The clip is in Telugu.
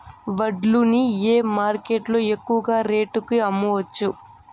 వడ్లు ని ఏ మార్కెట్ లో ఎక్కువగా రేటు కి అమ్మవచ్చు?